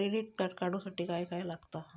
Credit card काढूसाठी काय काय लागत?